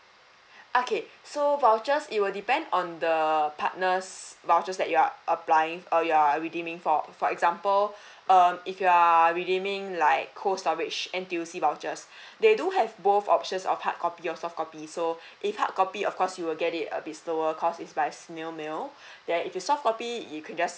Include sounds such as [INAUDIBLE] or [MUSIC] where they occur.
[BREATH] okay so vouchers it will depend on the partners' vouchers that you are applying or you are redeeming for for example [BREATH] um if you are redeeming like cold storage N_T_U_C vouchers [BREATH] they do have both options of hard copy or soft copy so [BREATH] if hard copy of course you will get it a bit slower because it's by a snail mail then if you soft copy you could just scan